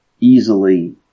easily